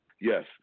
Yes